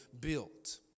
built